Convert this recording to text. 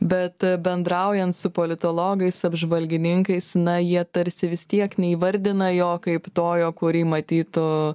bet bendraujant su politologais apžvalgininkais na jie tarsi vis tiek neįvardina jo kaip tojo kurį matytų